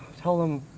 tell them.